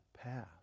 path